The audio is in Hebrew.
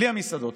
בלי המסעדות.